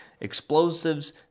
explosives